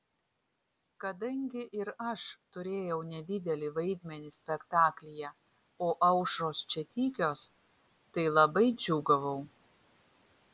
kadangi ir aš turėjau nedidelį vaidmenį spektaklyje o aušros čia tykios tai labai džiūgavau